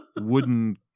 wooden